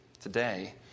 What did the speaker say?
today